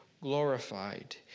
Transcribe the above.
Glorified